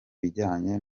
bijyanye